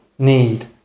Need